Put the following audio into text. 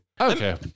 okay